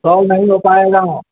सौ नहीं हो पाएगा